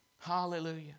Hallelujah